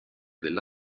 della